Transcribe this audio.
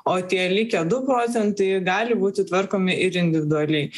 o tie likę du procentai gali būti tvarkomi ir individualiai